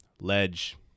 Ledge